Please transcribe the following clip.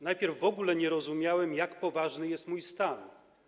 Najpierw w ogóle nie rozumiałem, jak poważny jest mój stan.